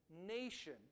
nation